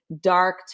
dark